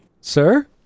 Sir